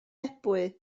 ebwy